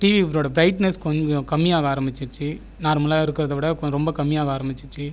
டிவியோடய brightness கொஞ்சம் கம்மியாக ஆரம்பிச்சிச்சு நார்மலாக இருக்கிறதை விட ரொம்ப கம்மியாக ஆரம்பிச்சிச்சு